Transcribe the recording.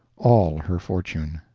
all her fortune.